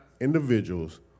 individuals